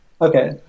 Okay